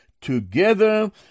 together